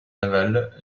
navale